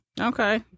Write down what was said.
Okay